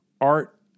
art